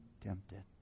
tempted